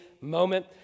moment